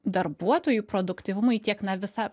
darbuotojų produktyvumui tiek na visa